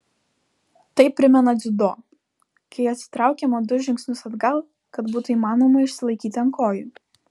tai primena dziudo kai atsitraukiama du žingsnius atgal kad būtų įmanoma išsilaikyti ant kojų